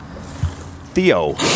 Theo